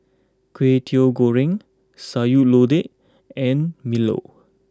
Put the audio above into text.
Kwetiau Goreng Sayur Lodeh and Milo